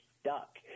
stuck